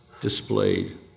displayed